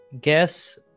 guess